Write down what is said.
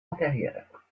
antérieure